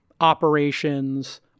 operations